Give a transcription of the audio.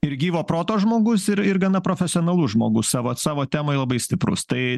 ir gyvo proto žmogus ir ir gana profesionalus žmogus savo savo temai labai stiprus tai